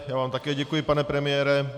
Já vám také děkuji, pane premiére.